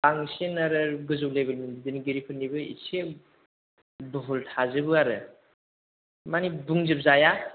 बांसिन आरो गोजौ लेभेलनि दैदेनगिरिफोरनिबो एसे भुल थाजोबो आरो माने बुंजोब जाया